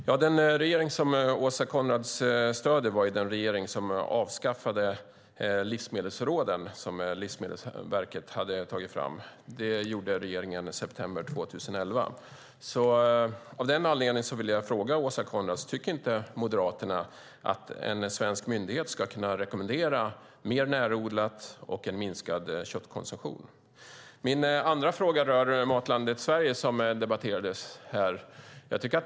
Fru talman! Den regering som Åsa Coenraads stöder är den regering som har avskaffat de livsmedelsråd som Livsmedelsverket tagit fram. Detta gjorde regeringen i september 2011. Av den anledningen vill jag till Åsa Coenraads ställa frågan: Tycker inte Moderaterna att en svensk myndighet ska kunna rekommendera mer närodlat och en minskad köttkonsumtion? En andra fråga rör Matlandet Sverige som ju debatterats här.